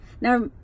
Now